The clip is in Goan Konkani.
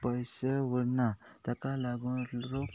पयशे व्हरना ताका लागून रो